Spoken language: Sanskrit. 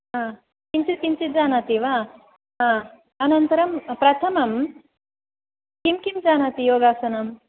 किञ्चित् किञ्चित् जानाति वा अनन्तरं प्रथमं किं किं जानाति योगासनम्